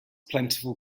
plentiful